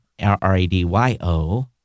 R-A-D-Y-O